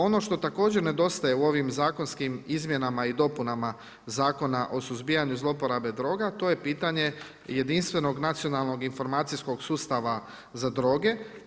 Ono što također nedostaje u ovim zakonskim izmjenama i dopunama Zakona o suzbijanju zloporabe droga, to je pitanje jedinstvenog nacionalnog informacijskog sustava za droge.